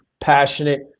passionate